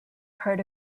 part